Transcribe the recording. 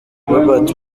robert